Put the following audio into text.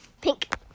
pink